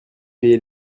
payer